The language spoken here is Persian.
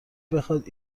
بخواد